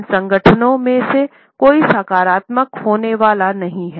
इन संगठनों में से कोई सकारात्मक होने वाला नहीं हैं